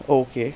okay